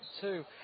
two